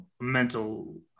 mental